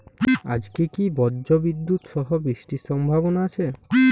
আজকে কি ব্রর্জবিদুৎ সহ বৃষ্টির সম্ভাবনা আছে?